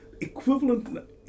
equivalent